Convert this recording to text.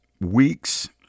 weeks